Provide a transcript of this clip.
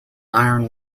iron